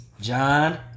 John